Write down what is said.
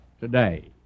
today